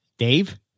Dave